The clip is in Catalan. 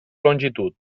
longitud